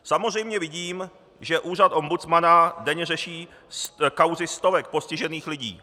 Samozřejmě vidím, že úřad ombudsmana denně řeší kauzy stovek postižených lidí.